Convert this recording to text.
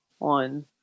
on